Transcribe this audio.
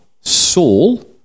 Saul